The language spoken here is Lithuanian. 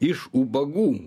iš ubagų